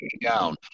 down